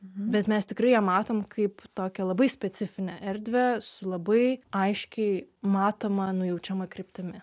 bet mes tikrai ją matom kaip tokią labai specifinę erdvę su labai aiškiai matoma nujaučiama kryptimi